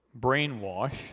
brainwash